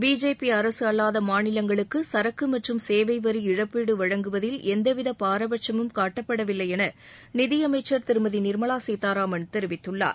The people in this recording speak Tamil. பிஜேபி அரசு அல்லாத மாநிலங்களுக்கு சரக்கு மற்றும் சேவை வரி இழப்பீடு வழங்குவதில் எந்தவித பாரபட்சமும் காட்டப்படவில்லை என நிதியமைச்சர் திருமதி நிர்மலா சீத்தாராமன் தெரிவித்துள்ளார்